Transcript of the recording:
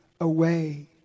away